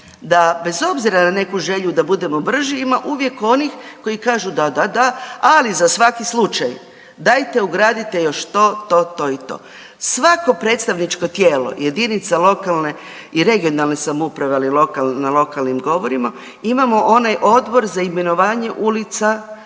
bez obzira na neku želju da budemo brži ima uvijek onih koji kažu da, da, da, ali za svaki slučaj dajte ugradite još to, to i to. Svako predstavničko tijelo jedinica lokalne i regionalne samouprave, ali na lokalnim govorimo imamo onaj odbor za imenovanje ulica, svako